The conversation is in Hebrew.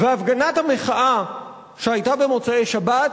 והפגנת המחאה שהיתה במוצאי שבת